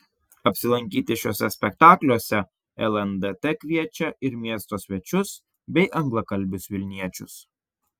apsilankyti šiuose spektakliuose lndt kviečia ir miesto svečius bei anglakalbius vilniečius